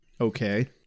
Okay